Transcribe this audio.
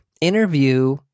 interview